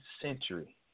century